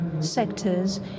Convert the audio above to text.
sectors